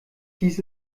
dies